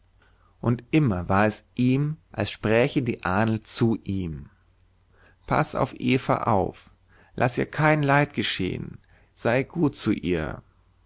und immer war es ihm als spräche die ahnl zu ihm paß auf eva auf laß ihr kein leid geschehen sei gut zu ihr